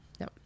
No